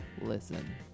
Listen